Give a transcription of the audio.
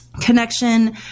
connection